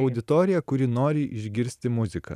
auditorija kuri nori išgirsti muziką